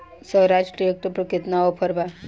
Swaraj tractor पर केतना offer बा?